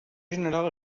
general